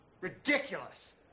Ridiculous